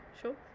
Sure